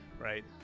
Right